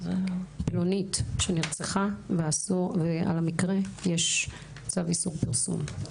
פלונית שנרצחה ועל המקרה יש צו איסור פרסום.